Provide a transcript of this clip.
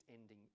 ending